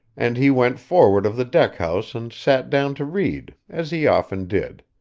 and he went forward of the deck-house and sat down to read, as he often did.